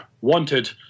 wanted